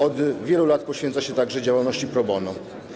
Od wielu lat poświęca się także działalności pro bono.